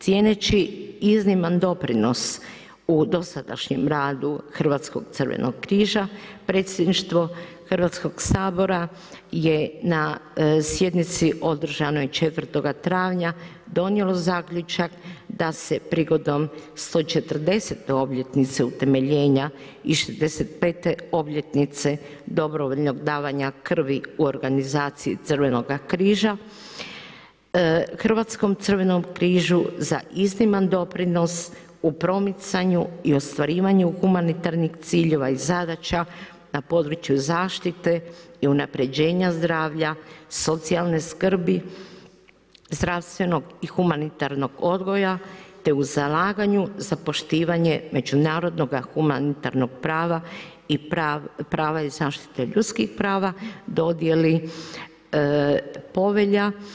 Cijeneći izniman doprinos u dosadašnjem radu Hrvatskog crvenog križa, predsjedništvo Hrvatskog sabora je na sjednici održanoj 4. travnja donijelo zaključak da se prigodom 140-te obljetnice utemeljena i 65. obljetnice dobrovoljnog davanja krvi u organizaciji Crvenoga križa Hrvatskom crvenom križu za izniman doprinos u promicanju i ostvarivanju i humanitarnih ciljeva i zadaća na području zaštite i unapređenja zdravlja, socijalne skrbi, zdravstvenog i humanitarnog odgoja te u zalaganju za poštivanje međunarodnog humanitarnog prava i prava i zaštite ljudskih prava dodijeli Povelja.